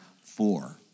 four